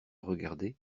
regarder